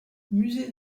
musée